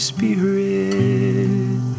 Spirit